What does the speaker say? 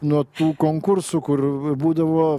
nuo tų konkursų kur būdavo